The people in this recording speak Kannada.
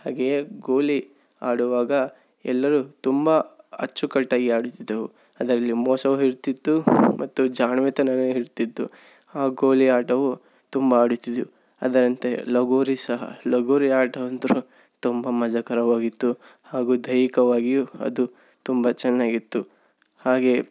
ಹಾಗೆಯೇ ಗೋಲಿ ಆಡುವಾಗ ಎಲ್ಲರೂ ತುಂಬ ಅಚ್ಚುಕಟ್ಟಾಗಿ ಆಡುತ್ತಿದ್ದೆವು ಅದರಲ್ಲಿ ಮೋಸವು ಇರುತ್ತಿತ್ತು ಮತ್ತು ಜಾಣತನವೇ ಇರುತ್ತಿತ್ತು ಆ ಗೋಲಿ ಆಟವು ತುಂಬ ಆಡುತಿದ್ದೆವು ಅದರಂತೆ ಲಗೋರಿ ಸಹ ಲಗೋರಿ ಆಟ ಅಂತೂ ತುಂಬ ಮಜಕರವಾಗಿತ್ತು ಹಾಗೂ ದೈಹಿಕವಾಗಿಯೂ ಅದು ತುಂಬ ಚೆನ್ನಾಗಿತ್ತು ಹಾಗೆಯೇ